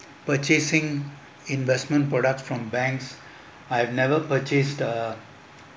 purchasing investment products from banks I have never purchase uh